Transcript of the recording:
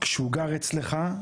כשהוא גר אצלך,